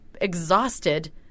exhausted